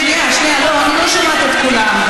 שנייה, שנייה, אני לא שומעת את כולם.